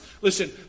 Listen